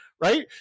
right